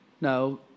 no